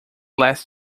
last